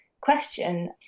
question